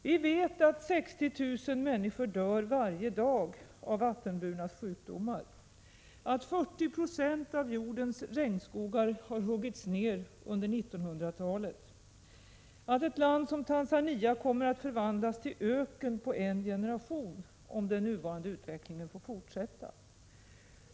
Vi vet att 60 000 människor dör varje dag av vattenburna sjukdomar, att 40 90 av jordens regnskogar har huggits ned under 1900-talet, att ett land som Tanzania kommer att förvandlas till öken på en generation, om den nuvarande utvecklingen får fortsätta.